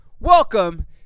Welcome